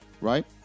right